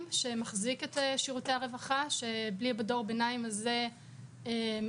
שמחזיק את שירותי הרווחה שבלי דור הביניים הזה לא